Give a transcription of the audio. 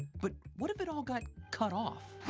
but what if it all got cut off?